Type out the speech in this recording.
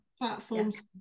platforms